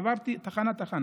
עברתי תחנה-תחנה: